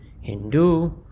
Hindu